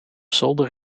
zolder